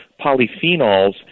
polyphenols